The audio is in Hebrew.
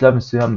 בשלב מסוים,